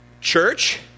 church